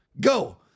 Go